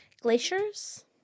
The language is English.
glaciers